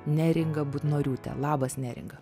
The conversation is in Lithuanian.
neringa butnoriūte labas neringa